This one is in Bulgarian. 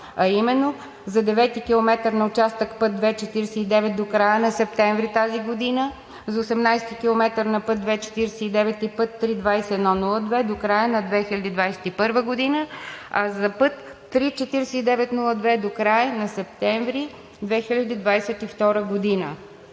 а именно за 9-ти километър на участък път ІІ-49 до края на септември тази година, за 18-ти километър на път ІІ-49 и път ІІІ-2102 до края на 2021 г., а за път ІІІ-4902 до края на септември 2022 г.